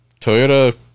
Toyota